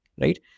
right